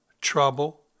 trouble